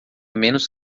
menos